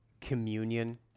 communion